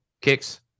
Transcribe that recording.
kicks